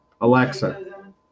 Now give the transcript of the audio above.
Alexa